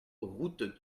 route